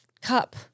cup